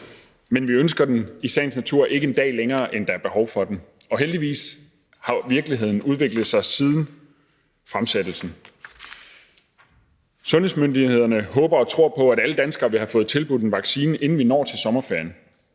men vi ønsker den i sagens natur ikke en dag længere, end der er behov for den, og heldigvis har virkeligheden udviklet sig siden fremsættelsen. Sundhedsmyndighederne håber og tror på, at alle danskere vil have fået tilbudt en vaccine, inden vi når til sommerferien.